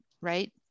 right